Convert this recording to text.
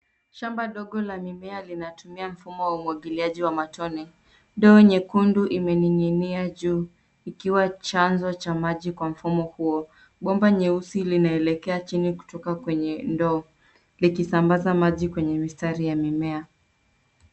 Shamba dogo la mimea linatumia mfumo wa umwagiliaji wa matone. Ndoo nyekundu imening'inia juu, ikiwa chanzo cha maji kwa mfumo huo. Bomba nyeusi linaelekea chini kutoka kwenye ndoo, likisambaza maji kwenye mistari ya mimea.